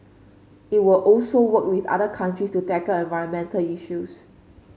it will also work with other country to tackle environmental issues